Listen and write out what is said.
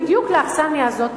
בדיוק באכסניה הזאת,